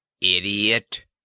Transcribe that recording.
Idiot